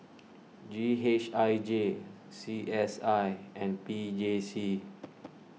G H I J C S I and P J C